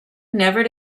never